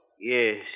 Yes